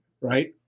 right